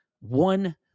one